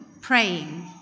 praying